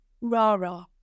rah-rah